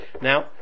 Now